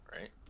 right